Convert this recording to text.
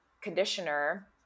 conditioner